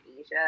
Asia